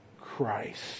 Christ